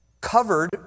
Covered